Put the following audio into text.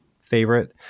favorite